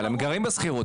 אבל הם גרים בשכירות,